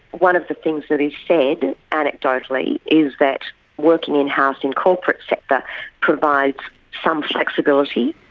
one of the things that is said anecdotally is that working in-house in corporate sector provides some flexibility,